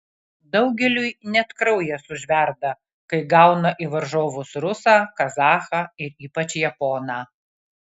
daugeliui net kraujas užverda kai gauna į varžovus rusą kazachą ir ypač japoną